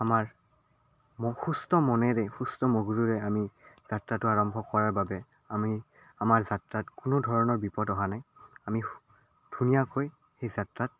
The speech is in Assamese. আমাৰ সুস্থ মনেৰে সুস্থ মগজুৰে আমি যাত্ৰাটো আৰম্ভ কৰাৰ বাবে আমি আমাৰ যাত্ৰাত কোনো ধৰণৰ বিপদ অহা নাই আমি ধুনীয়াকৈ সেই যাত্ৰাত